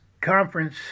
conference